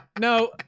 No